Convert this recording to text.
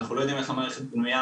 אנחנו לא יודעים איך המערכת בנוייה.